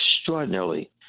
extraordinarily